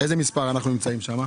באיזה מספר אנחנו שם?